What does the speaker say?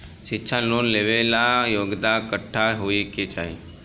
शिक्षा लोन लेवेला योग्यता कट्ठा होए के चाहीं?